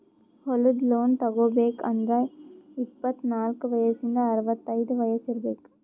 ಹೊಲದ್ ಲೋನ್ ತಗೋಬೇಕ್ ಅಂದ್ರ ಇಪ್ಪತ್ನಾಲ್ಕ್ ವಯಸ್ಸಿಂದ್ ಅರವತೈದ್ ವಯಸ್ಸ್ ಇರ್ಬೆಕ್